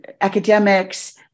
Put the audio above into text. academics